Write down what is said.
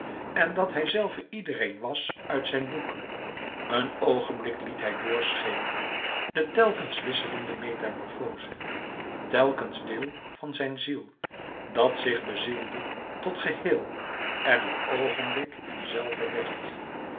en dat hijzelve iedereen was uit zijn boek een oogenblik liet hij doorschemeren de telkens wisselende metamorfoze telkens deel van zijne ziel dat zich bezielde tot geheel en een oogenblik hemzelve werd